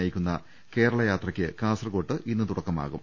നയിക്കുന്ന കേരള യാത്രയ്ക്ക് കാസർകോട്ട് ഇന്ന് തുടക്കമാ കും